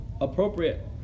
appropriate